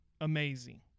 amazing